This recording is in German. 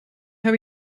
habe